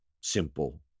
simple